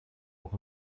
auch